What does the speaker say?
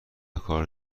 کار